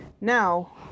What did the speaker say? Now